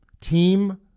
Team